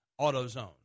AutoZone